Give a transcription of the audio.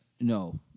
no